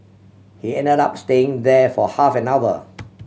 he ended up staying there for half an hour